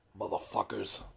motherfuckers